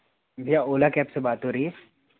भैया ओला कैब से बात हो रही है